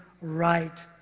right